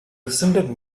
resented